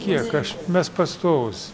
kiek aš mes pastovūs